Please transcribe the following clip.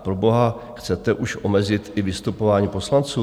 Proboha chcete už omezit i vystupování poslanců?